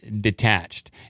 detached